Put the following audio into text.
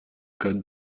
code